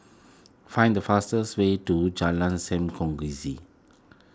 find the fastest way to Jalan Sam Kongsi